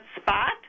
spot